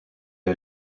est